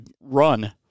run